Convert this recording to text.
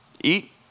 eat